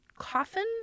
Coffin